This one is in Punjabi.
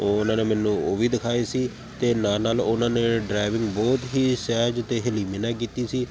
ਉਹ ਉਹਨਾਂ ਨੇ ਮੈਨੂੰ ਉਹ ਵੀ ਦਿਖਾਏ ਸੀ ਅਤੇ ਨਾਲ ਨਾਲ ਉਹਨਾਂ ਨੇ ਡਰਾਈਵਿੰਗ ਬਹੁਤ ਹੀ ਸਹਿਜ ਅਤੇ ਹਲੀਮੀ ਨਾਲ ਕੀਤੀ ਸੀ